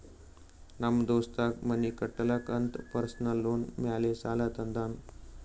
ನಮ್ ದೋಸ್ತಗ್ ಮನಿ ಕಟ್ಟಲಾಕ್ ಅಂತ್ ಪರ್ಸನಲ್ ಲೋನ್ ಮ್ಯಾಲೆ ಸಾಲಾ ತಂದಾನ್